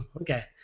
Okay